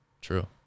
true